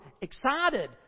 excited